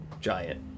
giant